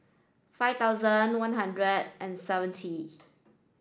five thousand one hundred and seventy